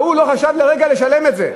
וההוא לא חשב לרגע לשלם על זה,